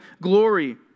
glory